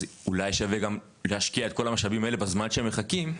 אולי שווה גם להשקיע את כל המשאבים האלה בזמן שהם מחכים,